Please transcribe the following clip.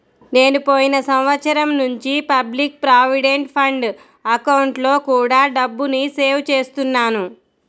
నేను పోయిన సంవత్సరం నుంచి పబ్లిక్ ప్రావిడెంట్ ఫండ్ అకౌంట్లో కూడా డబ్బుని సేవ్ చేస్తున్నాను